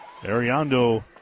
Ariando